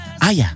Aya